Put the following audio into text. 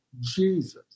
Jesus